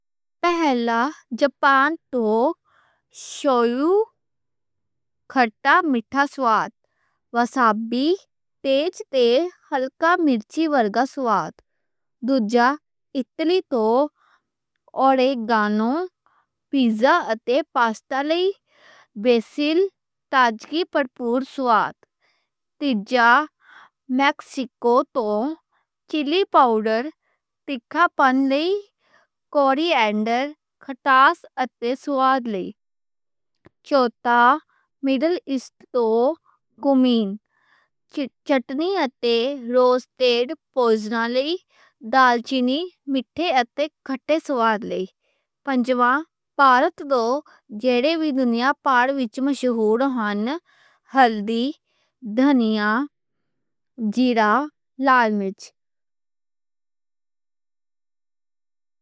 پہلا جاپان توں شویو کھٹا مٹھا سواد، وسابی تیز تے ہلکا مرچ ورگا سواد۔ دوجا اٹلی توں اوریگانو پیزا اتے پاسٹا لئی بیسل، تازگی بھرپور سواد۔ تیجا میکسیکو توں چلی پاؤڈر تکھا پن لئی کوریانڈر کھٹاس اتے سواد لئی۔ چوتھا مڈل ایسٹ توں کیومن چٹنی اتے روسٹڈ پوجنا لئی دالچینی مٹھے اتے کھٹے سواد لئی۔ پنجواں بھارت دو جڑے وی دنیا پار وچ مشہور ہن، ہلدی، دھنیا، زیرہ، لال مرچ۔